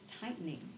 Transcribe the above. tightening